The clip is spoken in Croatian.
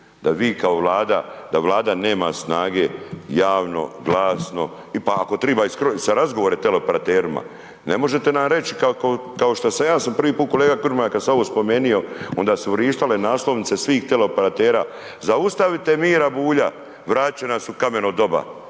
Da vi kao vlada, da vlada nema snage, javno glasno, pa ako treba i sa razgovorima sa teleoperaterima, ne možete nam reći, kao što sam ja prvi put kolega Grmoja, kada sam ovo spomenuo, onda su vrištale naslovnice, svih teleoperatera, zaustavite Mira Bulja, vratiti će nas u kameno doba.